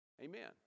Amen